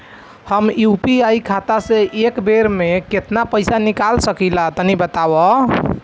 हम यू.पी.आई खाता से एक बेर म केतना पइसा निकाल सकिला तनि बतावा?